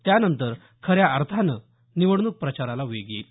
त्यानंतर खऱ्या अर्थानं निवडणूक प्रचाराला वेग येईल